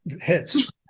hits